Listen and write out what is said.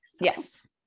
Yes